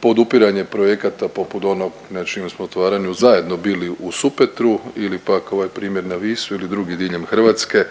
podupiranje projekata poput onog na čijem smo otvaranju zajedno bili u Supetru ili pak ovaj primjer na Visu ili drugi diljem Hrvatske